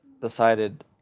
decided